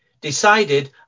decided